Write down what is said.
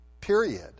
period